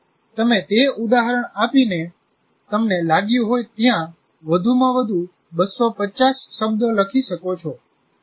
તમે તે ઉદાહરણ આપીને તમને લાગ્યું હોય ત્યાં વધુમાં વધુ 250 શબ્દો લખી શકો છો